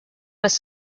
was